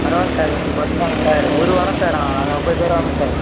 பரவாயில்ல சார் கொஞ்சம் கொறைச்சி தாங்க சார் ஒரு வாரம் சார் நாங்கள் போய்ட்டு சார்